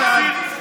אתה מדבר על כללים.